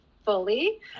fully